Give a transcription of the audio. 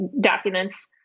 documents